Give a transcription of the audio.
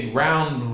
round